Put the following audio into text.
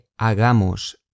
hagamos